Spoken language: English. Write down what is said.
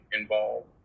involved